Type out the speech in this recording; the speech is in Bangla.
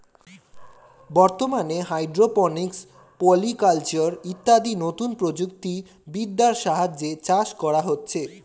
বর্তমানে হাইড্রোপনিক্স, পলিকালচার ইত্যাদি নতুন প্রযুক্তি বিদ্যার সাহায্যে চাষ করা হচ্ছে